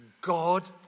God